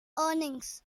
earnings